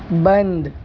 بند